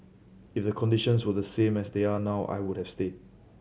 if the conditions were the same as they are now I would have stay